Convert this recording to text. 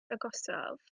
agosaf